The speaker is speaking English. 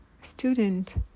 student